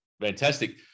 Fantastic